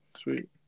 Sweet